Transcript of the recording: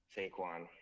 Saquon